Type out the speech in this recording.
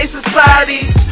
societies